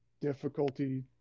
difficulty